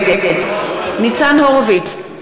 נגד ניצן הורוביץ,